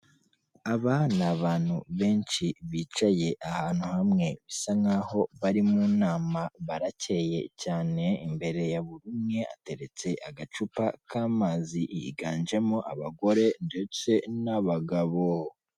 Aba ni abantu benshi bicaye ahantu hamwe bisa nkaho bari mu nama, baracyeye cyane imbere ya buri umwe hateretse agacupa k'amazi higanjemo abagore ndetse n'abagabo.